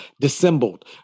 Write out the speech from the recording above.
dissembled